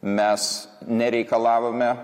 mes nereikalavome